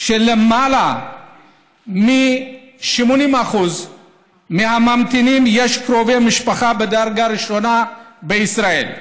שליותר מ-80% הממתינים יש קרובי משפחה בדרגה ראשונה בישראל.